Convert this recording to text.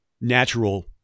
natural